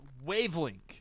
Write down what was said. Wavelength